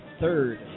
third